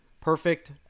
Perfect